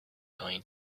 going